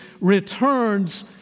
returns